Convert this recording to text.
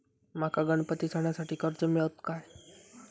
माका गणपती सणासाठी कर्ज मिळत काय?